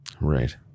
Right